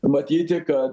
matyti kad